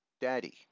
Daddy